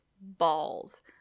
Balls